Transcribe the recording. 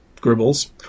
Gribbles